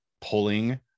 pulling